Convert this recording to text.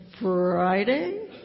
Friday